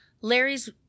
Larry's